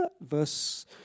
verse